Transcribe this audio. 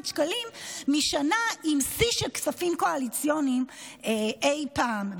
שקלים משנה עם שיא של כספים קואליציוניים אי פעם.